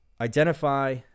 identify